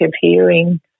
hearing